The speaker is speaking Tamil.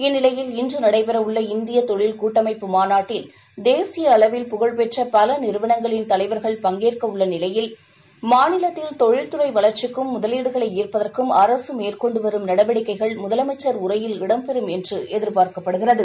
இந்நிலையில் இன்று நடைபெற உள்ள இந்திய தொழில் கூட்டமைப்பு மாநாட்டில் தேசிய அளவில் புகழ்பெற்ற பல நிறுவனங்களின் தலைவா்கள் பங்கேற்க உள்ள நிலையில் மாநிலத்தில் தொழில்துறை வளர்ச்சிக்கும் முதலீடுகளை ஈள்ப்பதற்கும் அரசு மேற்கொண்டுவரும் நடவடிக்கைகள் முதலமைச்சள் உரையில் இடம்பெறும் என்று எதிர்பார்க்கப்படுகிறது